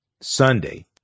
Sunday